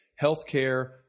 healthcare